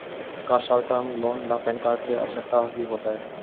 का short term loan ला PAN card की आवश्यकता भी होतइ